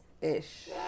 Ish